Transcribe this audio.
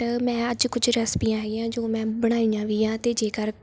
ਮੈਂ ਅੱਜ ਕੁਛ ਰੈਸਿਪੀਆਂ ਹੈਗੀਆਂ ਜੋ ਮੈਂ ਬਣਾਈਆਂ ਵੀ ਆ ਅਤੇ ਜੇਕਰ